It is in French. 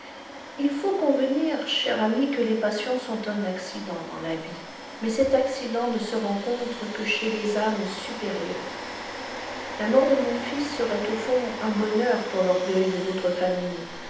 il faut convenir chère amie que les passions sont un accident dans la vie mais cet accident ne se rencontre que chez les âmes supérieures la mort de mon fils serait au fond un bonheur pour l'orgueil de votre famille